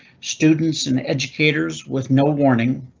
students and educators with no warning,